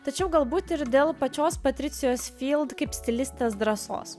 tačiau galbūt ir dėl pačios patricijos filmų kaip stilistės drąsos